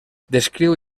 descriu